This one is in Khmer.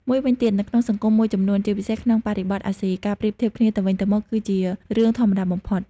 មួយវិញទៀត នៅក្នុងសង្គមមួយចំនួន ជាពិសេសក្នុងបរិបទអាស៊ី ការប្រៀបធៀបគ្នាទៅវិញទៅមក គឺជារឿងធម្មតាបំផុត។